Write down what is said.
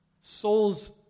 souls